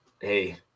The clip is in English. Hey